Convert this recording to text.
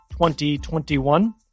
2021